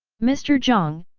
mr. jiang,